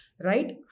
Right